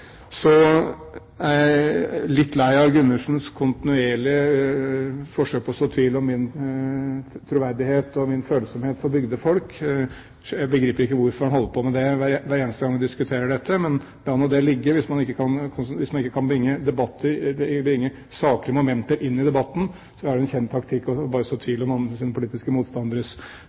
Så er jeg litt lei av Gundersens kontinuerlige forsøk på å så tvil om min troverdighet og min følsomhet overfor bygdefolk. Jeg begriper ikke hvorfor han holder på med det hver eneste gang vi diskuterer dette. Men la nå det ligge. Hvis man ikke kan bringe saklige momenter inn i debatten, er det en kjent taktikk bare å så tvil om sine politiske motstanderes